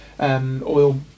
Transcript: oil